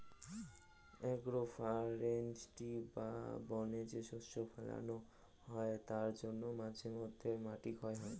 agro forestry বা বনে যে শস্য ফোলানো হয় তার জন্যে মাঝে মধ্যে মাটি ক্ষয় হয়